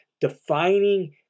defining